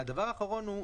הדבר האחרון הוא,